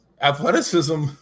athleticism